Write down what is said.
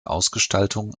ausgestaltung